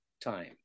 time